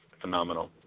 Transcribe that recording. phenomenal